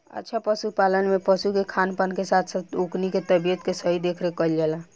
अच्छा पशुपालन में पशु के खान पान के साथ साथ ओकनी के तबियत के सही देखरेख कईल जाला